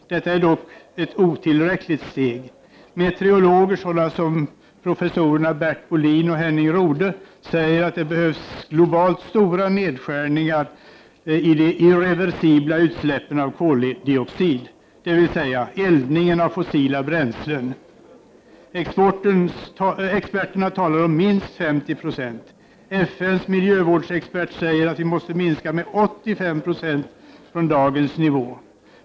Detta är dock ett otillräckligt steg. Meteorologer, sådana som professorerna Bert Bohlin och Henning Rodhe, säger att det behövs globalt stora nedskärningar i de irreversibla utsläppen av koldioxid, dvs. eldningen av fossila bränslen. Experterna talar om minst 50 96. FN:s miljövårdsexpert säger att vi måste minska med 85 96 från dagens nivå.